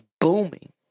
booming